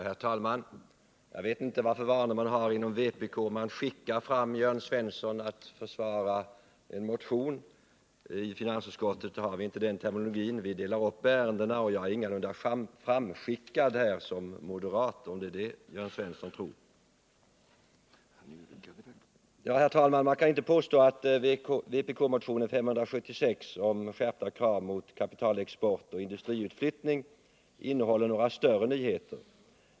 Herr talman! Jag vet inte vilka vanor man har inom vpk —-om man ”skickar fram” Jörn Svensson att försvara en motion. I finansutskottet har vi inte den terminologin. Vi delar upp ärendena, och jag är ingalunda ”framskickad” som moderat, som Jörn Svensson tror. Herr talman! Man kan inte påstå att vpk-motionen 576 om skärpta krav mot kapitalexport och industriutflyttning innehåller några större nyheter.